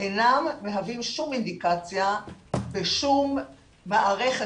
אינם מהווים שום אינדיקציה בשום מערכת